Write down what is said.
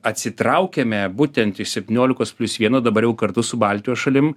atsitraukiame būtent iš septyniolikos plius vieno dabar jau kartu su baltijos šalim